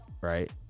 right